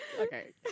Okay